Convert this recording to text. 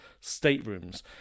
staterooms